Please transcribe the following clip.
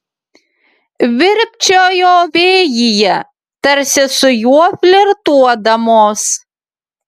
virpčiojo vėjyje tarsi su juo flirtuodamos